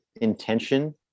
intention